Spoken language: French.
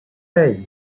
hey